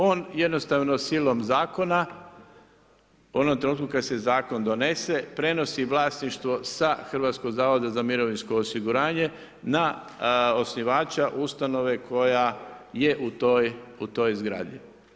On jednostavno silom zakona u onom trenutku kad se zakon donese prenosi vlasništvo sa Hrvatskog zavoda za mirovinsko osiguranje na osnivača ustanove koja je u toj zgradi.